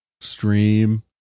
stream